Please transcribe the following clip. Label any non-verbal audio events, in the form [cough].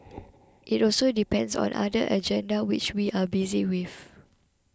[noise] it also depends on other agenda which we are busy with